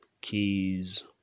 keys